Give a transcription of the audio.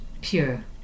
pure